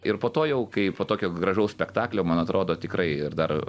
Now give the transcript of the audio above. ir po to jau kai po tokio gražaus spektaklio man atrodo tikrai ir dar